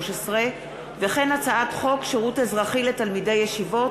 הרשות הלאומית לתרבות יהדות מרוקו,